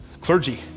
Clergy